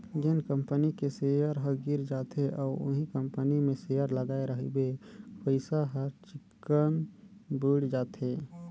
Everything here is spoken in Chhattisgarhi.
जेन कंपनी के सेयर ह गिर जाथे अउ उहीं कंपनी मे सेयर लगाय रहिबे पइसा हर चिक्कन बुइड़ जाथे